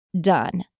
done